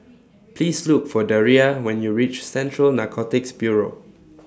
Please Look For Daria when YOU REACH Central Narcotics Bureau